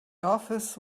office